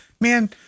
Man